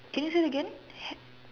can you say it again hin~